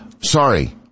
Sorry